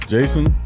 Jason